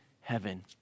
heaven